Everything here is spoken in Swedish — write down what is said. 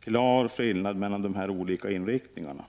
klar skillnad mellan de olika inriktningarna.